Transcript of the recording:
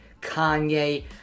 kanye